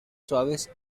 suaves